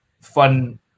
fun